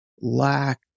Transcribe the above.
lack